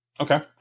Okay